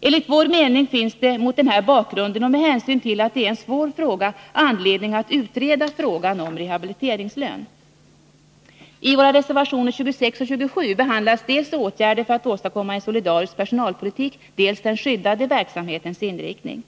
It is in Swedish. Enligt vår mening finns det mot den här bakgrunden och med hänsyn till att det är en svår fråga anledning att utreda frågan om rehabiliteringslön. I våra reservationer 26 och 27 behandlas dels åtgärder för att åstadkomma en solidarisk personalpolitik, dels den skyddade verksamhetens inriktning.